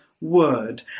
word